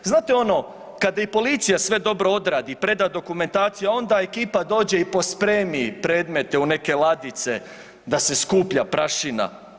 Znate ono kad i policija sve dobro odradi, preda dokumentaciju, a onda ekipa dođe i pospremi predmete u neke ladice da se skuplja prašina.